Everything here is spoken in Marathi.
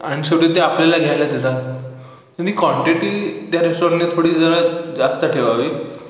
आणि शेवटी ते आपल्याला घ्यायला देतात आणि क्वांटिटी त्या रेस्टॉरंटनी थोडी जरा जास्त ठेवावी